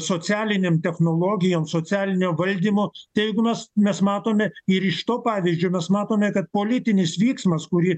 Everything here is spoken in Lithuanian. socialinėm technologijom socialinio valdymo tai jeigu mes mes matome ir iš to pavyzdžio mes matome kad politinis vyksmas kurį